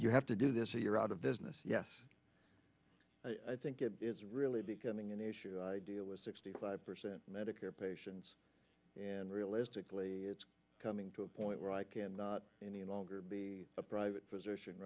you have to do this or you're out of business yes i think it is really becoming an issue i deal with sixty five percent medicare patients and realistically it's coming to a point where i cannot any longer be a private physician